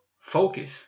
focus